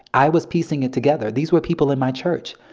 i was piecing it together. these were people in my church.